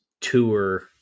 tour